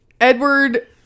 Edward